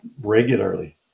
regularly